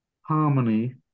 harmony